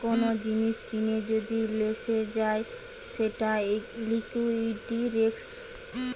কোন জিনিস কিনে যদি লসে যায় সেটা লিকুইডিটি রিস্ক